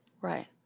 Right